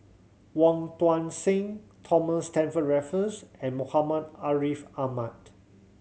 Wong Tuang Seng Thomas Stamford Raffles and Muhammad Ariff Ahmad